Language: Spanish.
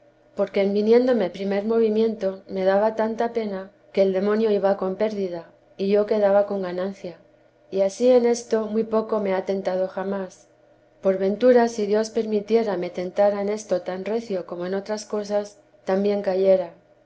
que en viniéndome primer movimiento me daba tanta pena que el demonio iba con pérdida y yo quedaba con ganancia y ansí en esto muy poco me ha tentado jamás por ventura si dios permitiera me tentara en esto tan recio como en otras cosas también cayera